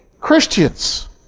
Christians